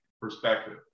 perspective